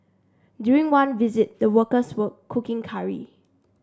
during one visit the workers were cooking curry